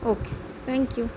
okay thank you